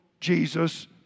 Jesus